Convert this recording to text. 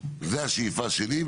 זו השאיפה שלי,